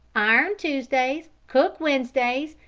iron tuesdays, cook wednesdays,